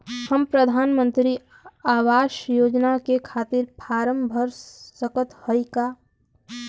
हम प्रधान मंत्री आवास योजना के खातिर फारम भर सकत हयी का?